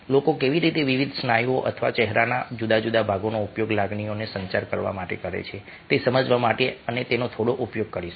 લોકો કેવી રીતે વિવિધ સ્નાયુઓ અથવા ચહેરાના જુદા જુદા ભાગોનો ઉપયોગ લાગણીઓને સંચાર કરવા માટે કરે છે તે સમજવા માટે અમે તેનો થોડો ઉપયોગ કરીશું